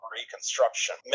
reconstruction